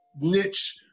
niche